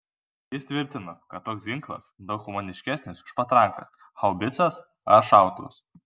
jis tvirtino kad toks ginklas daug humaniškesnis už patrankas haubicas ar šautuvus